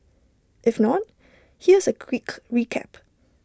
if not here's A quick recap